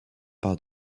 part